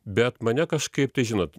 bet mane kažkaip tai žinot